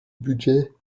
budget